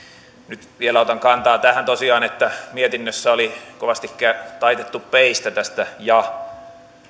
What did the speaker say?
nyt vielä otan kantaa tosiaan tähän että mietinnössä oli kovastikin taitettu peistä tästä ja